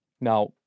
Now